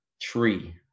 tree